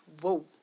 Whoa